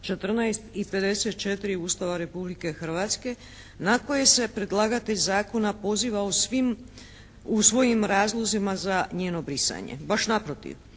14. i 54. Ustava Republike Hrvatske, na koje se predlagatelj zakona poziva u svim svojim razlozima za njeno brisanje. Baš naprotiv.